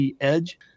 edge